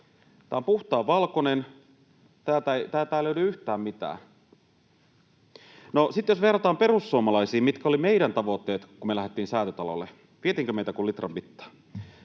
Tämä on puhtaan valkoinen. Täältä ei löydy yhtään mitään. No, sitten jos verrataan perussuomalaisiin ja siihen, mitkä olivat meidän tavoitteet, kun me lähdettiin Säätytalolle. Vietiinkö meitä kuin litran mittaa?